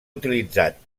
utilitzat